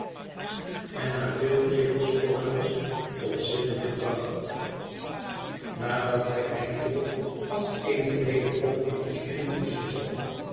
en na veel tegensporrelens tot zitten gebracht nadat hij eindelijk als eene ledepop in postuur is gezet